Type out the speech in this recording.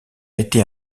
été